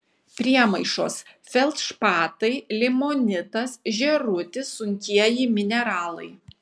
priemaišos feldšpatai limonitas žėrutis sunkieji mineralai